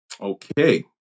Okay